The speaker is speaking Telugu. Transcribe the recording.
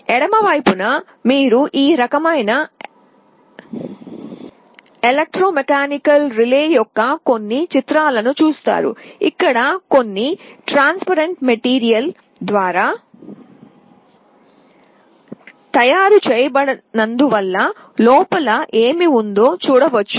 ఎడమ వైపున మీరు ఈ రకమైన ఎలెక్ట్రోమెకానికల్ రిలేల యొక్క కొన్ని చిత్రాలను చూస్తారు ఇక్కడ కొన్ని పారదర్శక పదార్థం ద్వారా తయారు చేయబడి లోపల ఏమి ఉందో చూడవచ్చు